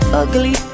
ugly